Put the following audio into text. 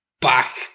back